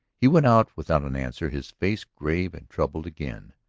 he went out without an answer, his face grave and troubled again.